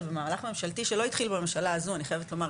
במהלך ממשלתי שלא התחיל בממשלה הזו אני חייבת לומר,